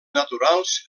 naturals